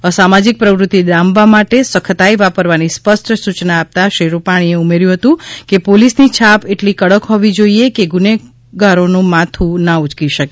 અસામાજિક પ્રવૃતિ ડામવા માટે સખતાઈ વાપરવાની સ્પષ્ટ સૂચના આપતા શ્રી રૂપાણીએ ઉમેર્યું હતું પોલિસ ની છાપ એટલી કડક હોવી જોઈએ કે ગુનાખોરો માથું ના ઊંચકી શકે